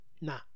Nah